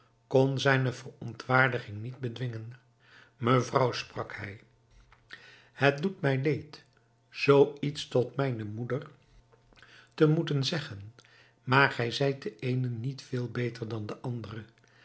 kon zijne verontwaardiging niet bedwingen mevrouw sprak hij het doet mij leed zoo iets tot mijne moeder te moeten zeggen maar gij zijt de eene niet veel beter dan de andere